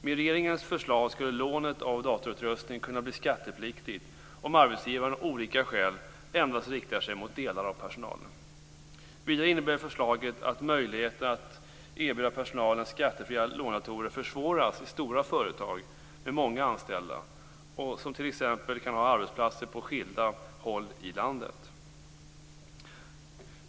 Med regeringens förlag skulle lånet av datorutrustning kunna bli skattepliktigt om arbetsgivaren av olika skäl endast riktar sig mot delar av personalen. Vidare innebär förslaget att möjligheten att erbjuda personalen skattefria lånedatorer försvåras i stora företag med många anställda och som t.ex. kan ha arbetsplatser på skilda håll i landet.